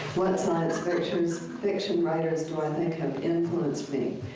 what science fictions fiction writers do i think have influenced me?